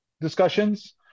discussions